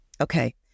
Okay